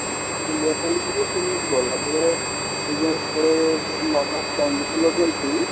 ଏମିତି ବୁଲିବା ପାଇଁ ଯିବେ ସେଇ ଗଲାବେଳେ ଯେଉଁ ପଳେଇବେ ନର୍ମାଲ୍ ଚଣ୍ଡିଖୋଲ ଦେଇକି